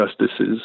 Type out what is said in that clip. justices